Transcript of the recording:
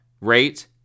rate